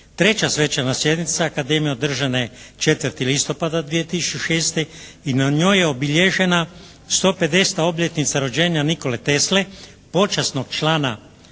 Treća Svečana sjednice Akademije održana je 4. listopada 2006. i na njoj je obilježena 150. obljetnica rođenja Nikole Tesle, počasnog člana